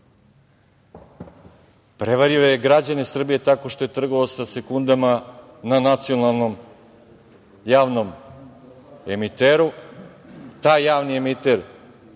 Prevario je građane Srbije tako što je trgovao sa sekundama na nacionalnom javnom emiteru. Taj javni emiter